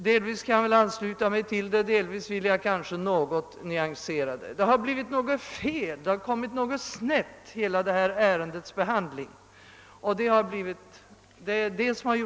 Delvis kan jag ansluta mig till den, delvis vill jag något nyansera den. Det har blivit något fel, hela denna frågas behandling har kommit snett på något sätt.